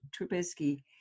Trubisky –